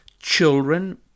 children